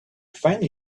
finally